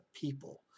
people